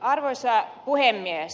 arvoisa puhemies